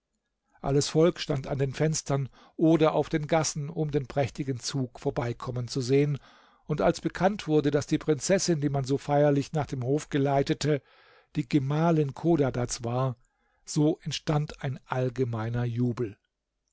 alles volk stand an den fenstern oder auf den gassen um den prächtigen zug vorbeikommen zu sehen und als bekannt wurde daß die prinzessin die man so feierlich nach dem hof geleitete die gemahlin chodadads war so entstand ein allgemeiner jubel